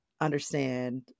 understand